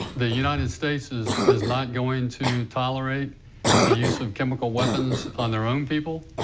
the united states is is not going to tolerate the use of chemical weapons on their own people.